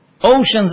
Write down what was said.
oceans